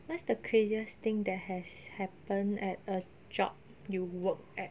what's the craziest thing that has happened at a job you work at